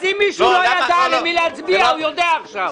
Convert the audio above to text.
אז אם מישהו לא ידע למי להצביע, הוא יודע עכשיו.